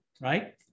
right